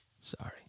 Sorry